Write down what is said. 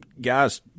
guys